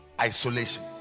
isolation